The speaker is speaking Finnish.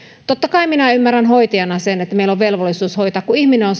totta kai minä hoitajana ymmärrän sen että meillä on velvollisuus hoitaa kun ihminen